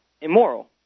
immoral